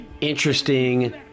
interesting